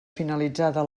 finalitzada